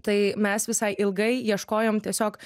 tai mes visai ilgai ieškojom tiesiog